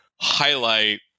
highlight